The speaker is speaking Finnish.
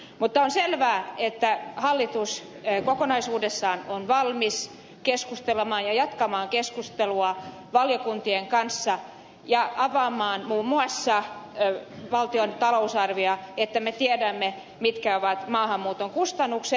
mutta on selvää että hallitus kokonaisuudessaan on valmis keskustelemaan ja jatkamaan keskustelua valiokuntien kanssa ja avaamaan muun muassa valtion talousarviota että me tiedämme mitkä ovat maahanmuuton kustannukset